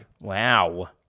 Wow